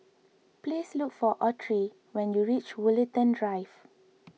please look for Autry when you reach Woollerton Drive